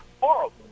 Horrible